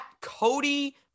Cody